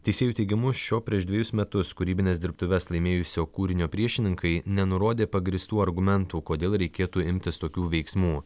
teisėjų teigimu šio prieš dvejus metus kūrybines dirbtuves laimėjusio kūrinio priešininkai nenurodė pagrįstų argumentų kodėl reikėtų imtis tokių veiksmų